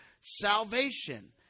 salvation